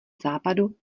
západu